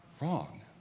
wrong